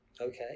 Okay